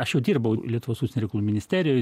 aš jau dirbau lietuvos užsienio reikalų ministerijoj